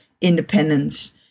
independence